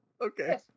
Okay